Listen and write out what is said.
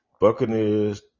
Buccaneers